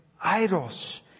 idols